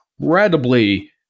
incredibly